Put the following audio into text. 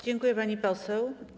Dziękuję, pani poseł.